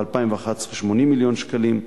ב-2011, 80 מיליון שקלים,